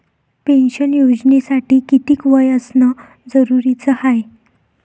Pension योजनेसाठी कितीक वय असनं जरुरीच हाय?